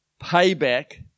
payback